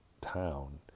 town